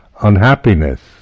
unhappiness